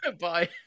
Bye